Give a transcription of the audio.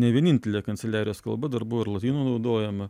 ne vienintelė kanceliarijos kalba dar buvo ir lotynų naudojama